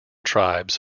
tribes